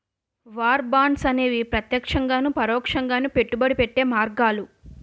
war bonds అనేవి ప్రత్యక్షంగాను పరోక్షంగాను పెట్టుబడి పెట్టే మార్గాలు